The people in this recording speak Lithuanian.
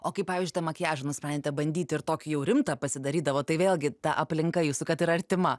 o kai pavyzdžiui tą makiažą nusprendėte bandyti ir tokį jau rimtą pasidarydavot tai vėlgi ta aplinka jūsų kad ir artima